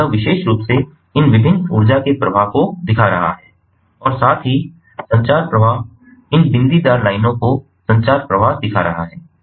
तो यह विशेष रूप से इन विभिन्न ऊर्जा के प्रवाह को दिखा रहा है और साथ ही संचार प्रवाह इन बिंदीदार लाइनों को संचार प्रवाह दिखा रहे हैं